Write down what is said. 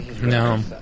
no